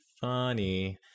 funny